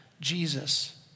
Jesus